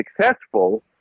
successful